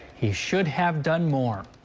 he should have. done more.